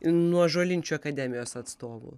nuo žolinčių akademijos atstovų